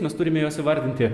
mes turime juos įvardinti